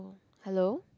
hello